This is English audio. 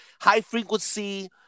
high-frequency